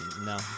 No